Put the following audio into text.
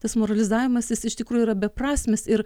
tas moralizavimas jis iš tikrųjų yra beprasmis ir